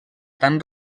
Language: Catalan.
tan